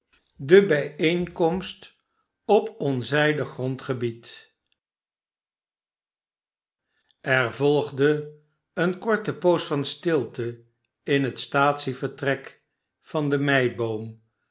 de bijeenkomst op onzijdig grondgebied er volgde eene korte poos van stilte in het staatsievertrek van de meiboom